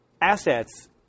assets